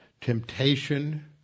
temptation